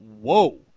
whoa